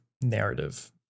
narrative